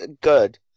good